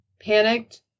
panicked